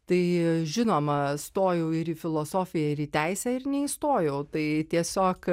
tai žinoma stojau ir į filosofiją ir į teisę ir neįstojau tai tiesiog